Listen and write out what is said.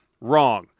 wrong